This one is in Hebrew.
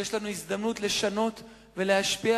יש לנו הזדמנות לשנות ולהשפיע.